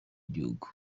igihugu